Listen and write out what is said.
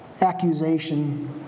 accusation